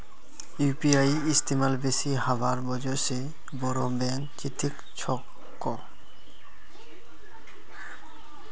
UPI इस्तमाल बेसी हबार वजह से बोरो बैंक चिंतित छोक